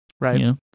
Right